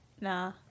nah